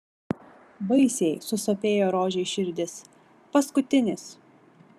baisiai susopėjo rožei širdis paskutinis